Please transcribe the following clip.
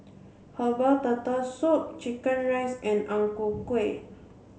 herbal turtle soup chicken rice and Ang Ku Kueh